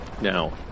Now